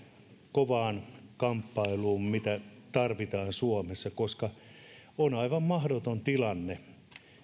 kovaan kamppailuun mitä tarvitaan suomessa koska on aivan mahdoton tilanne